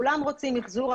כולם רוצים מחזור,